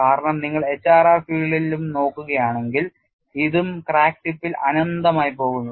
കാരണം നിങ്ങൾ HRR ഫീൽഡിലും നോക്കുകയാണെങ്കിൽ ഇതും ക്രാക്ക് ടിപ്പിൽ അനന്തമായി പോകുന്നു